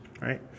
right